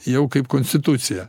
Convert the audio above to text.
jau kaip konstitucija